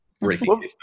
Breaking